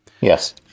Yes